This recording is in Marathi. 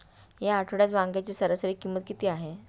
या आठवड्यात वांग्याची सरासरी किंमत किती आहे?